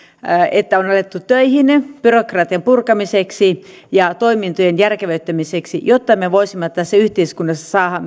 että on alettu töihin byrokratian purkamiseksi ja toimintojen järkevöittämiseksi jotta me voisimme tässä yhteiskunnassa saada